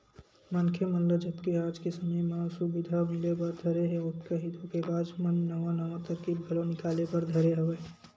मनखे मन ल जतके आज के समे म सुबिधा मिले बर धरे हे ओतका ही धोखेबाज मन नवा नवा तरकीब घलो निकाले बर धरे हवय